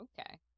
Okay